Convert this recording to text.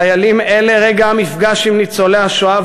לחיילים אלה רגע המפגש עם ניצולי השואה